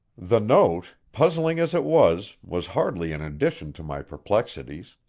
the note, puzzling as it was, was hardly an addition to my perplexities.